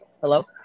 Hello